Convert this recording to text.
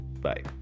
Bye